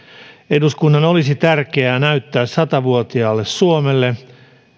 eduskunnan olisi tärkeää näyttää sata vuotiaalle suomelle